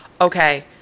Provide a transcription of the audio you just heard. Okay